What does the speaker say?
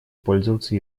пользоваться